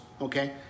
Okay